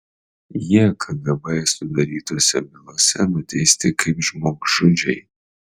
jie kgb sudarytose bylose nuteisti kaip žmogžudžiai